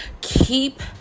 keep